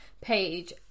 page